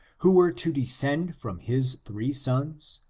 who were to descend from his three sons,